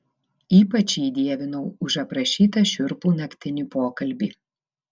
ypač jį dievinau už aprašytą šiurpų naktinį pokalbį